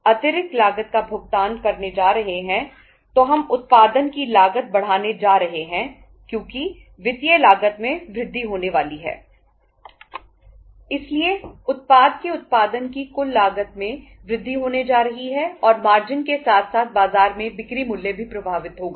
इसलिए अगर हम कार्यशील पूंजी या करंट ऐसेटस के साथ साथ बाजार में बिक्री मूल्य भी प्रभावित होगा